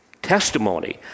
Testimony